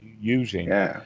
using